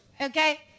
Okay